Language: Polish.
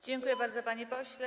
Dziękuję bardzo, panie pośle.